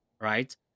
Right